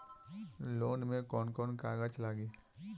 Loan में कौन कौन कागज लागी?